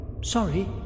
Sorry